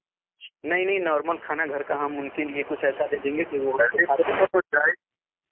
नहीं नहीं नर्मल खाना घर का हम उनके लिए कुछ ऐसा दे देंगे की वह खा पी लें